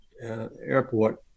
airport